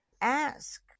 Ask